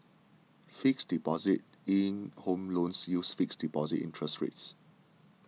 fixed deposit linked home loans uses fixed deposit interest rates